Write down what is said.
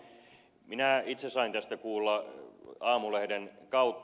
minä itse sain tästä kuulla aamulehden kautta